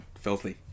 filthy